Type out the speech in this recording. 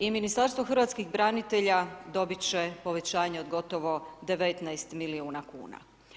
I Ministarstvo hrvatskih branitelja dobiti će povećanje od gotovo 19 milijuna kn.